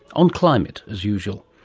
on climate as usual.